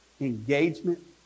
engagement